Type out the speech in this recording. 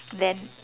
then